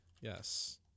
Yes